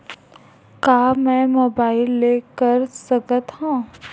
का मै मोबाइल ले कर सकत हव?